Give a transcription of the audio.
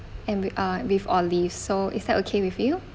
and with uh with olive so is that okay with you